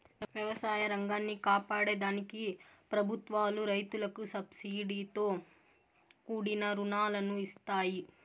వ్యవసాయ రంగాన్ని కాపాడే దానికి ప్రభుత్వాలు రైతులకు సబ్సీడితో కూడిన రుణాలను ఇస్తాయి